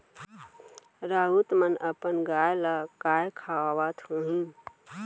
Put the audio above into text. राउत मन अपन गाय ल काय खवावत होहीं